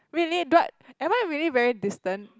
really but am I really very distant